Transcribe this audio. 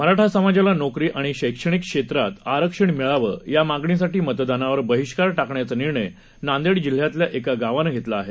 मराठासमाजालानोकरीआणिशैक्षणिकक्षेत्रातआरक्षणमिळावं यामागणीसाठीमतदानावरबहिष्कारटाकण्याचानिर्णयनांदेडजिल्ह्यातल्याएकागावानंघेतलाआहे